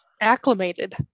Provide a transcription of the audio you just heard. acclimated